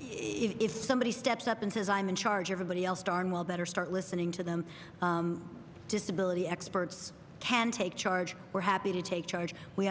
if somebody steps up and says i'm in charge everybody else darn well better start listening to them disability experts can take charge we're happy to take charge we